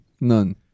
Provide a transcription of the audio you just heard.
None